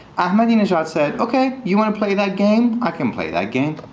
ahmadinejad said, ok. you want to play that game? i can play that game.